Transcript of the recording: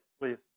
please